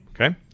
Okay